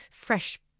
fresh